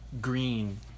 green